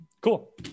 cool